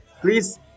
please